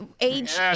age